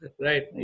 right